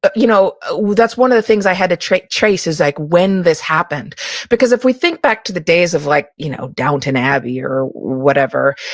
but you know that's one of the things i had a trace trace is like when this happened because if we think back to the days of like you know downton abbey or whatever,